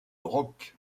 rock